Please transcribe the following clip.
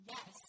Yes